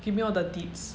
give me all the deets